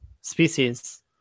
species